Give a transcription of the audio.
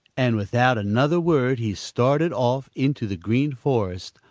and without another word he started off into the green forest,